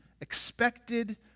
expected